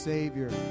Savior